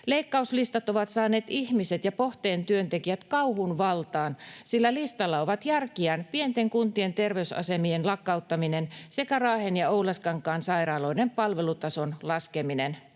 Leikkauslistat ovat saaneet ihmiset ja Pohteen työntekijät kauhun valtaan, sillä listalla ovat järkiään pienten kuntien terveysasemien lakkauttaminen sekä Raahen ja Oulaskankaan sairaaloiden palvelutason laskeminen.